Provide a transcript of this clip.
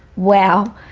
wow,